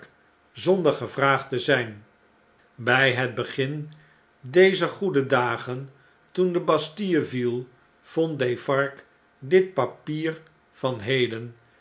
zonder gevraagd te zijn bj het begin dezer goede dagen toen de bastille viel vond defarge dit papier van heden